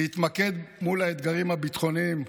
להתמקד מול האתגרים הביטחוניים,